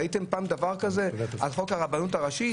ראיתם דבר כזה על חוק הרבנות הראשית,